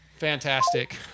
fantastic